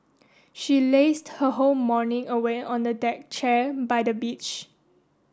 she lazed her whole morning away on a deck chair by the beach